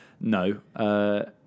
no